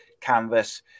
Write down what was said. canvas